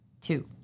Two